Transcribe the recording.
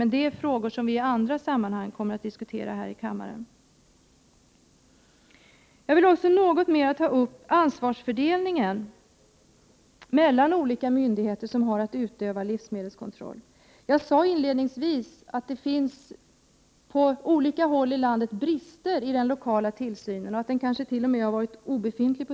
Men detta är frågor som vi kommer att diskutera här i kammaren i andra sammanhang. Jag vill också något mer beröra ansvarsfördelningen mellan olika myndigheter som har att utöva livsmedelskontroll. Inledningsvis sade jag att det på olika håll i landet finns brister i fråga om den lokala tillsynen. På sina håll har den kanske t.o.m. varit obefintlig.